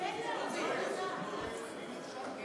אני נרשמתי.